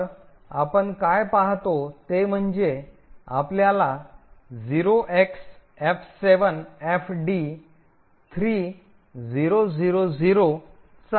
तर आपण काय पाहतो ते म्हणजे आपल्याला 0xF7FD3000 चा पत्ता मिळेल